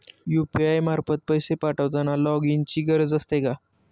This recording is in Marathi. यु.पी.आय मार्फत पैसे पाठवताना लॉगइनची गरज असते का?